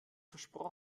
versprochen